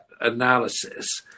analysis